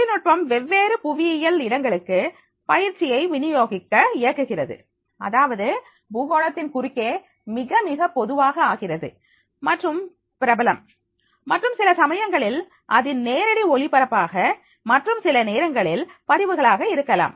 தொழில்நுட்பம் வெவ்வேறு புவியியல் இடங்களுக்கு பயிற்சியை வினியோகிக்க இயக்குகிறது அதாவது பூகோளத்தின் குறுக்கே மிக மிக பொதுவாக ஆகிறது மற்றும் பிரபலம் மற்றும் சில சமயங்களில் அது நேரடி ஒளிபரப்பாக மற்றும் சில நேரங்களில் பதிவுகளாக இருக்கலாம்